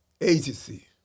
agency